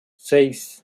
seis